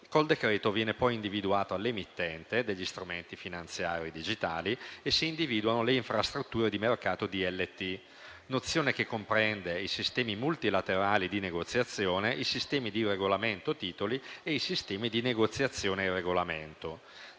il decreto-legge viene poi individuato l'emittente degli strumenti finanziari digitali e si individuano le infrastrutture di mercato DLT, nozione che comprende i sistemi multilaterali di negoziazione, i sistemi di regolamento titoli e i sistemi di negoziazione e regolamento.